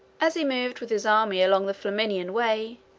as he moved with his army along the flaminian way,